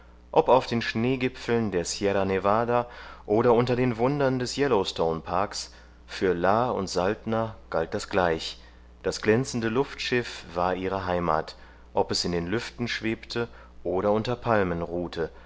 ob auf den schneegipfeln der sierra nevada oder unter den wundern des yellowstone parks für la und saltner galt das gleich das glänzende luftschiff war ihre heimat ob es in den lüften schwebte oder unter palmen ruhte